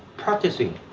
practicing,